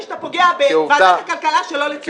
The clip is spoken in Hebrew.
אני חשבתי שאתה פוגע בוועדת הכלכלה שלא לצורך.